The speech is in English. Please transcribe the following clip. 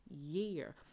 year